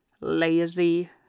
lazy